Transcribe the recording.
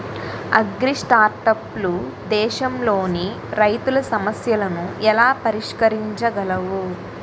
అగ్రిస్టార్టప్లు దేశంలోని రైతుల సమస్యలను ఎలా పరిష్కరించగలవు?